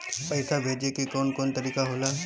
पइसा भेजे के कौन कोन तरीका होला?